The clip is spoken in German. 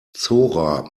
zora